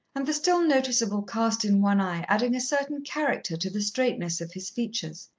and the still noticeable cast in one eye adding a certain character to the straightness of his features.